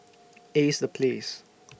Ace The Place